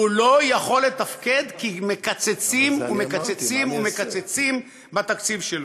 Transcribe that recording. הוא לא יכול לתפקד כי מקצצים ומקצצים ומקצצים בתקציב שלו: